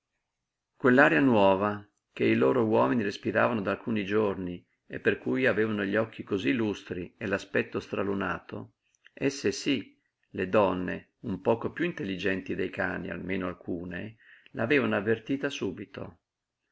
quell'aria nuova che i loro uomini respiravano da alcuni giorni e per cui avevano gli occhi cosí lustri e l'aspetto stralunato esse sí le donne un poco piú intelligenti dei cani almeno alcune l'avevano avvertita subito